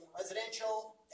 residential